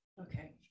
Okay